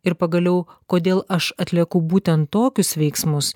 ir pagaliau kodėl aš atlieku būtent tokius veiksmus